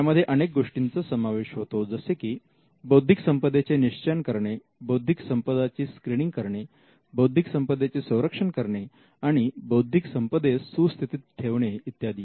यामध्ये अनेक गोष्टींचा समावेश होतो जसे की बौद्धिक संपदेचे निश्चयन करणे बौद्धिक संपदा ची स्क्रिनिंग करणे बौद्धिक संपदेचे संरक्षण करणे आणि बौद्धिक संपदे स सुस्थितीत ठेवणे इत्यादी